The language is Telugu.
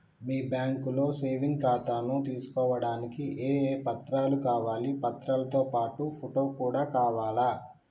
మీ బ్యాంకులో సేవింగ్ ఖాతాను తీసుకోవడానికి ఏ ఏ పత్రాలు కావాలి పత్రాలతో పాటు ఫోటో కూడా కావాలా?